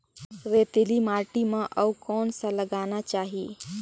रेतीली माटी म अउ कौन का लगाना चाही?